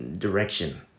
Direction